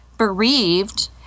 bereaved